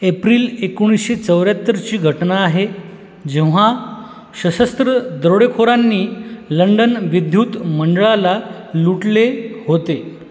April एकोणीसशे चौऱ्याहत्तरची घटना आहे जेव्हा सशस्त्र दरोडेखोरांनी लंडन विद्युत मंडळाला लुटले होते